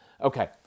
okay